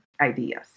ideas